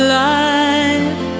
life